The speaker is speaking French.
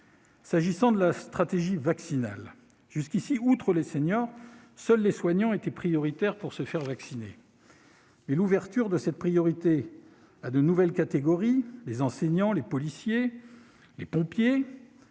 J'en viens à la stratégie vaccinale. Jusqu'ici, outre les seniors, seuls les soignants étaient prioritaires pour se faire vacciner. À notre sens, l'ouverture de cette priorité à de nouvelles catégories, à savoir les enseignants, les policiers ou les pompiers,